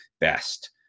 best